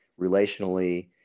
relationally